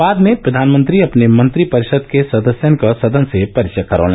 बाद में प्रधानमंत्री ने अपने मंत्रिपरिषद के सदस्यों का सदन से परिचय करवाया